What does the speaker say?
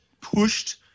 pushed